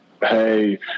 hey